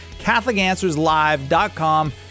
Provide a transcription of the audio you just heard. CatholicAnswersLive.com